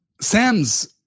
Sam's